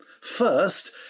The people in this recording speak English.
First